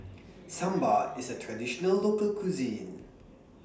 Sambar IS A Traditional Local Cuisine